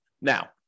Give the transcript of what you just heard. Now